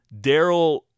Daryl